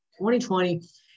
2020